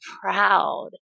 proud